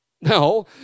No